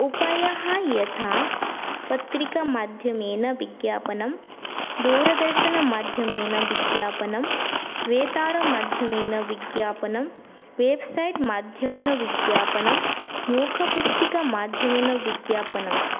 उपायाः यथा पत्रिकामाध्यमेन विज्ञापनं दूरदर्शनमाध्यमेन विज्ञापनं वेतारमाध्यमेन विज्ञापनं वेबसैट्माध्यमेन विज्ञापनं मुखपुस्तिकामाध्यमेन विज्ञापनं